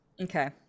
okay